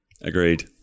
Agreed